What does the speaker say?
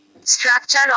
structure